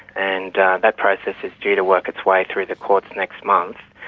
and that process is due to work its way through the courts next month.